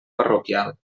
parroquial